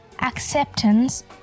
Acceptance